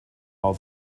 all